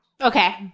Okay